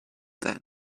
then